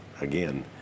again